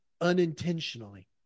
unintentionally